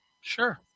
Sure